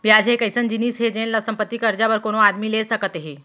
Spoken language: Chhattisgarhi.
बियाज ह एक अइसन जिनिस हे जेन ल संपत्ति, करजा बर कोनो आदमी ले सकत हें